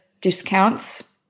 discounts